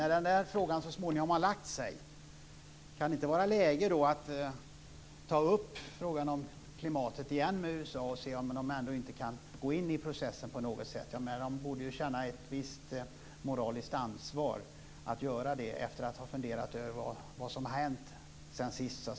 När den frågan så småningom har lagt sig: Kan det inte vara läge då att ta upp frågan om klimatet igen med USA och se om man ändå inte kan gå in i processen på något sätt. USA borde ju känna ett visst moraliskt ansvar att göra det efter att ha funderat över vad som har hänt sedan sist.